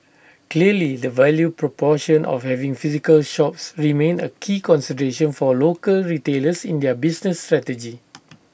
clearly the value proposition of having physical shops remains A key consideration for local retailers in their business strategy